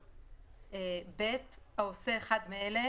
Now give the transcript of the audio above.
(ב) העושה אחד מאלה,